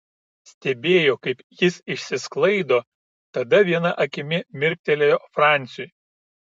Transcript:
stebėjo kaip jis išsisklaido tada viena akimi mirktelėjo franciui